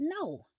No